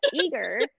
eager